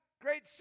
great